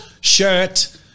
shirt